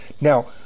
Now